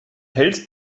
hältst